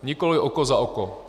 Nikoliv oko za oko.